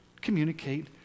communicate